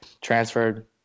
Transferred